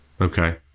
Okay